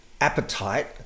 appetite